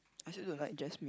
I also don't like Jasmine